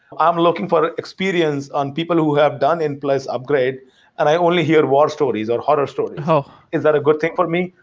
i'm looking for experience on people who have done in-place upgrade and i only hear war stories or horror stories. and is that a good thing for me?